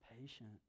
patient